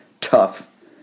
tough